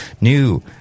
New